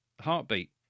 Heartbeat